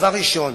דבר ראשון,